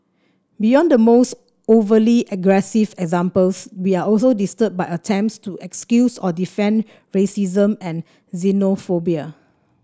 beyond the most overtly aggressive examples we are also disturbed by attempts to excuse or defend racism and xenophobia